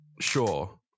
Sure